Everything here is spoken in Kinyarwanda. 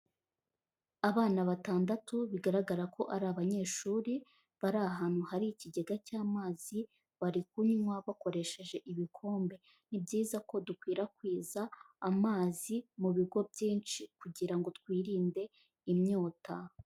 Abana batandatu bigaragara ko ari abanyeshuri, bari ahantu hari ikigega cy'amazi, bari kunywa bakoresheje ibikombe. Ni byiza ko dukwirakwiza amazi mu bigo byinshi kugira ngo ngo twirinde inyota.